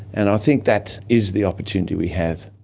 and i think that is the opportunity we have.